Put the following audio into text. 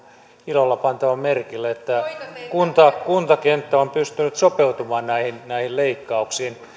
ilolla pantava merkille että kuntakenttä on pystynyt sopeutumaan näihin näihin leikkauksiin